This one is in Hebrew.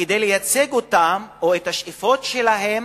כדי לייצג אותם או את השאיפות שלהם